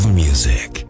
music